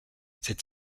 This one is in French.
cette